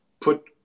put